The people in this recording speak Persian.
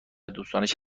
دوستانش